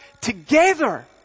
together